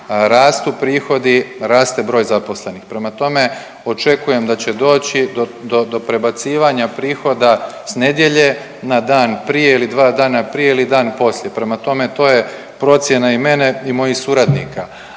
rastu prihodi, raste broj zaposlenih. Prema tome očekujem da će doći do, do prebacivanja prihoda s nedjelja na dan prije ili dva dana prije ili dan poslije, prema tome to je procjena i mene i mojih suradnika,